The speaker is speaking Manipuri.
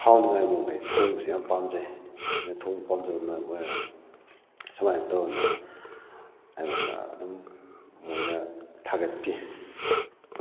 ꯍꯥꯎꯅꯉꯥꯏ ꯃꯑꯣꯡꯗ ꯑꯩ ꯊꯣꯡꯕꯁꯤ ꯌꯥꯝ ꯄꯥꯝꯖꯩ ꯑꯩꯅ ꯊꯣꯡꯕ ꯄꯥꯝꯖꯕ ꯃꯔꯝ ꯑꯣꯏꯔꯒ ꯁꯨꯃꯥꯏꯅ ꯇꯧꯗꯅ ꯑꯩꯉꯣꯟꯗ ꯑꯗꯨꯝ ꯃꯣꯏꯅ ꯊꯥꯒꯠꯄꯤ